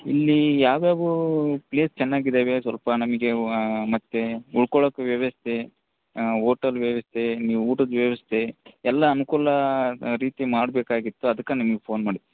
ಇಲ್ಲಿ ಯಾವ ಯಾವ ಪ್ಲೇಸ್ ಚೆನ್ನಾಗಿದಾವೆ ಸ್ವಲ್ಪ ನಮಗೆ ಮತ್ತೆ ಉಳ್ಕೊಳ್ಳೋಕು ವ್ಯವಸ್ಥೆ ಹಾಂ ಹೋಟೆಲ್ ವ್ಯವಸ್ಥೆ ನೀವು ಊಟದ ವ್ಯವಸ್ಥೆ ಎಲ್ಲಾ ಅನುಕೂಲ ರೀತಿ ಮಾಡಬೇಕಾಗಿತ್ತು ಅದ್ಕೆ ನಿಮ್ಗೆ ಫೋನ್ ಮಾಡಿದ್ದು